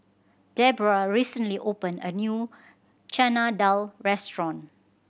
Debbra recently opened a new Chana Dal restaurant